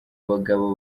abagabo